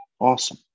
Awesome